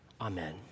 Amen